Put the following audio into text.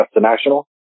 National